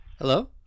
Hello